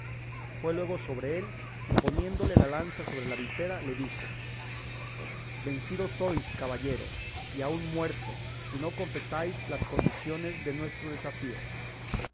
fue luego sobre él y poniéndole la lanza sobre la visera le dijo vencido sois caballero y aun muerto si no confesáis las condiciones de nuestro desafío